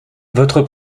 votre